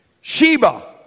Sheba